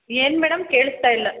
ಏನು ಮೇಡಮ್ ಕೇಳಿಸ್ತ ಇಲ್ಲ